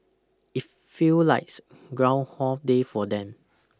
it feel likes groundhog day for them